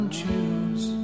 choose